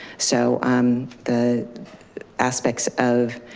so um the aspects of